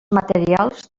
materials